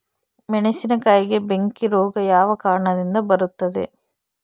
ಮೆಣಸಿನಕಾಯಿಗೆ ಬೆಂಕಿ ರೋಗ ಯಾವ ಕಾರಣದಿಂದ ಬರುತ್ತದೆ?